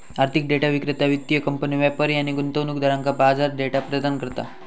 आर्थिक डेटा विक्रेता वित्तीय कंपन्यो, व्यापारी आणि गुंतवणूकदारांका बाजार डेटा प्रदान करता